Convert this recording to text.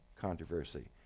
controversy